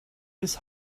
his